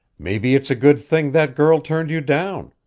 maybe it's a good thing that girl turned you down.